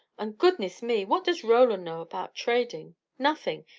and, goodness me! what does roland know about trading? nothing.